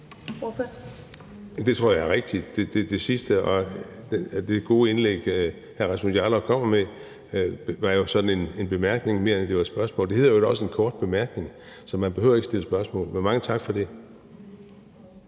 Det sidste tror jeg er rigtigt. Det gode indlæg, som hr. Rasmus Jarlov kom med, er jo mere en bemærkning, end det er et spørgsmål. Og det hedder vel også en kort bemærkning; så man behøver ikke at stille spørgsmål. Men mange tak for det.